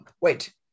wait